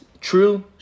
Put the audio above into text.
true